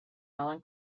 alan